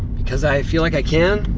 because i feel like i can,